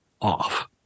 off